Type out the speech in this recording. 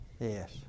Yes